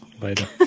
later